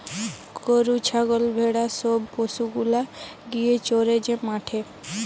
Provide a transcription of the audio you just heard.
গরু ছাগল ভেড়া সব পশু গুলা গিয়ে চরে যে মাঠে